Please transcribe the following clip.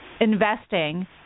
investing